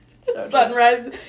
Sunrise